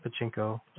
pachinko